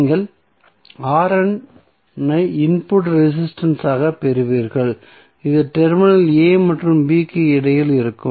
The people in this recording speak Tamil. நீங்கள் ஐ இன்புட் ரெசிஸ்டன்ஸ் ஆகப் பெறுவீர்கள் இது டெர்மினல் a மற்றும் b க்கு இடையில் இருக்கும்